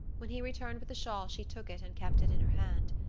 when he returned with the shawl she took it and kept it in her hand.